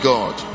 God